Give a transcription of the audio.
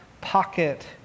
pocket